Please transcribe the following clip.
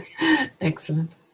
Excellent